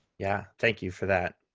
yeah thank you for that.